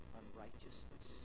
unrighteousness